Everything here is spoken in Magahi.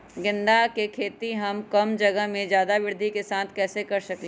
गेंदा के खेती हम कम जगह में ज्यादा वृद्धि के साथ कैसे कर सकली ह?